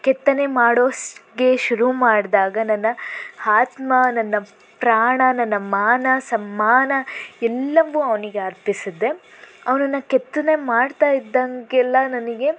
ಕೆತ್ತನೆ ಮಾಡೋಕೆ ಶುರು ಮಾಡಿದಾಗ ನನ್ನ ಆತ್ಮ ನನ್ನ ಪ್ರಾಣ ನನ್ನ ಮಾನ ಸಮ್ಮಾನ ಎಲ್ಲವೂ ಅವನಿಗೆ ಅರ್ಪಿಸಿದ್ದೆ ಅವನನ್ನು ಕೆತ್ತನೆ ಮಾಡ್ತಾಯಿದ್ದಂಗೆಲ್ಲ ನನಗೆ